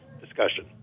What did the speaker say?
discussion